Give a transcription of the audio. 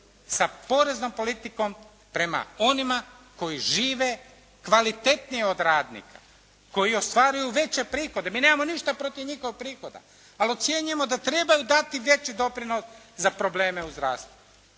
sa poreznom politikom prema onima koji žive kvalitetnije od radnika, koji ostvaruju veće prihode. Mi nemamo ništa protiv njihovog prihoda ali ocjenjujemo da trebaju dati veći doprinos za probleme u zdravstvu.